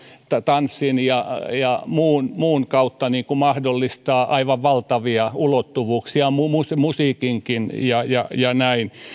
tanssin ja ja muun muun kautta mahdollistaa aivan valtavia ulottuvuuksia musiikinkin ja ja näin